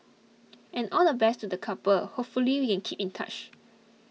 and all the best to the couple hopefully we can keep in touch